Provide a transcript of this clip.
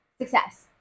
success